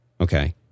Okay